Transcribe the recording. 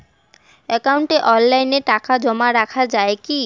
একাউন্টে অনলাইনে টাকা জমা রাখা য়ায় কি?